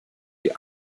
die